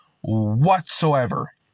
Whatsoever